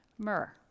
myrrh